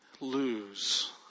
lose